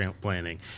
planning